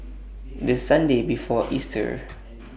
The Sunday before Easter